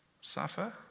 Suffer